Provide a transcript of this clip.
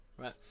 right